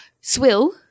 Swill